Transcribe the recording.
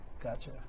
Gotcha